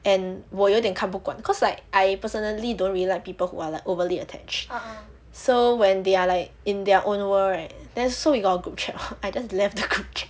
and 我有点看不惯 cause like I personally don't really like people who are like overly attached so when they are like in their own world right then so we got a group chat [what] I just left the group chat